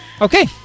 okay